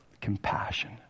compassion